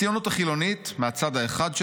הציונות החילונית מהצד האחד שלנו,